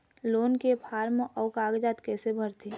Loan के form अऊ कागजात कइसे भरथें?